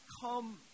come